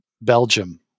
Belgium